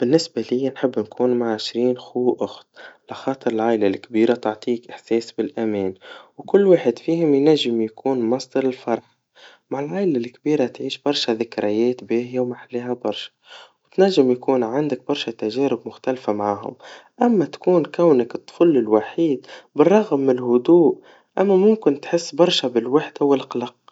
بالنسبا ليا نحب نكون مع عشرين خو وأخت, على خاطر العايلا الكبيرا تعطيك إحساس بالأمان, وكل فيهم ينجم يكون مصدر الفرحا, مع العيلا الكبيرا تعيش برشا ذكريات باهيا وماحلاها برشا, وتنجم يكون عندك برشا تجارب مختلفا معاهم, أما تكون كونك الطفل الوحيد, بالرغم من الهدوء, أما ممكن تكون تحس برشا بالوحدا والقلق.